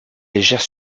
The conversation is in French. légère